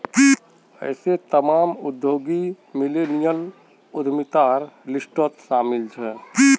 ऐसे तमाम उद्यमी मिल्लेनियल उद्यमितार लिस्टत शामिल छे